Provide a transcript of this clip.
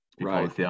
Right